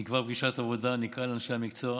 נקבע פגישת עבודה, נקרא לאנשי המקצוע